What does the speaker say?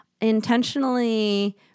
intentionally